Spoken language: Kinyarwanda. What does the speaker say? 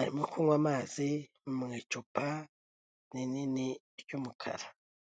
arimo kunywa amazi mu icupa rinini ry'umukara.